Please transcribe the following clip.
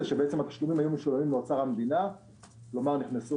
התשלומים היו משולמים לאוצר המדינה כלומר אם תרצו